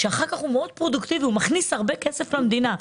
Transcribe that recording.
שאחר כך הוא מאוד פרודוקטיבי ומכניס הרבה כסף למדינה.